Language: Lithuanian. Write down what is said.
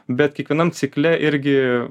bet kiekvienam cikle irgi